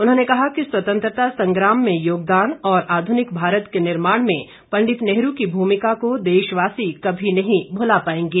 उन्होंने कहा कि स्वतंत्रता संग्राम में योगदान और आधुनिक भारत के निर्माण में पंडित नेहरू की भूमिका को देशवासी कभी नहीं भूला पाएंगे